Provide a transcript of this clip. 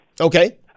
Okay